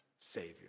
Savior